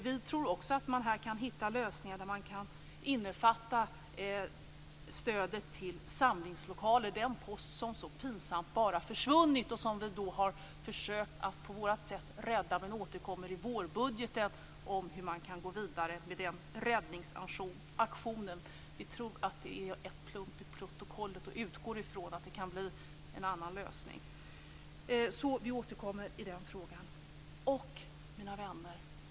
Vi tror också att man här kan hitta lösningar där man kan innefatta stödet till samlingslokaler, dvs. den post som så pinsamt bara har försvunnit och som vi på vårt sätt har försökt att rädda. Vi återkommer i vårbudgeten om hur man kan gå vidare med den räddningsaktionen. Vi tror att det är en plump i protokollet och utgår ifrån att det kan bli en annan lösning. Mina vänner!